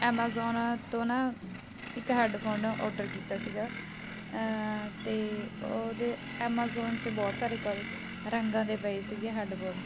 Amazon ਤੋਂ ਨਾ ਇੱਕ ਹੈੱਡਫੋਨ ਔਡਰ ਕੀਤਾ ਸੀਗਾ ਅਤੇ ਉਹਦੇ ਐਮਾਜ਼ੌਨ 'ਚ ਬਹੁਤ ਸਾਰੇ ਕਲ ਰੰਗਾਂ ਦੇ ਪਏ ਸੀਗੇ ਹੈੱਡਫੋਨ